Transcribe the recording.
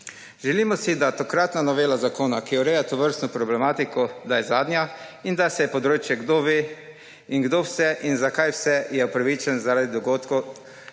Želimo si, da je tokratna novela zakona, ki ureja tovrstno problematiko, zadnja in da se je področje, kdo ve in kdo vse in zakaj vse je upravičen zaradi dogodkov